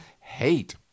hate